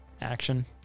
action